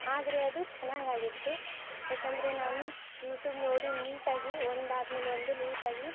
ಆದರೆ ಅದು ಚೆನ್ನಾಗಾಗಿತ್ತು ಯಾಕೆಂದರೆ ನಾನು ಯು ಟೂಬ್ ನೋಡಿ ನೀಟಾಗಿ ಒಂದು ಆದ್ಮೇಲೆ ಒಂದು ನೀಟಾಗಿ